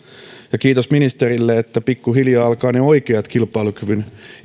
kiitos ministerille että pikkuhiljaa alkavat ne oikeat kilpailukyvyn